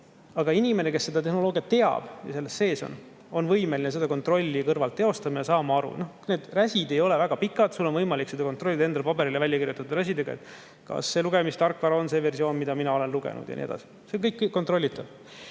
Aga inimene, kes seda tehnoloogiat teab ja seal sees on, on võimeline seda kontrolli kõrvalt teostama ja aru saama. Need räsid ei ole väga pikad, sul on võimalik seda kontrollida, endale paberile välja kirjutada, kas see on see lugemistarkvara versioon, mida sa oled lugenud, ja nii edasi. See kõik on kontrollitav.